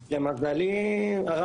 אתם לא מוכנים לקבל את העמדה ההלכתית,